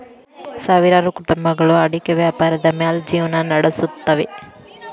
ಸಾವಿರಾರು ಕುಟುಂಬಗಳು ಅಡಿಕೆ ವ್ಯಾಪಾರದ ಮ್ಯಾಲ್ ಜಿವ್ನಾ ನಡಸುತ್ತವೆ